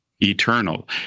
eternal